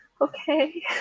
okay